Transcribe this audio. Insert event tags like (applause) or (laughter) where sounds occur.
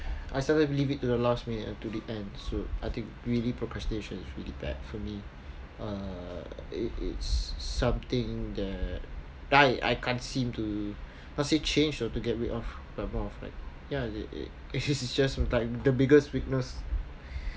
I sometimes leave it to the last minute to the end so I think really procrastination is really bad for me uh it it's something that I I can't seem to possibly change or to get rid of right ya it it it's (laughs) just like the biggest weakness